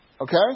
Okay